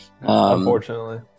unfortunately